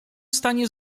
stanie